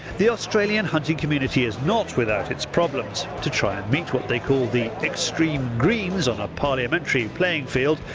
the australian hunting community is not without its problems. to try and meet what they call the extreme greens on a parliamentary playing field,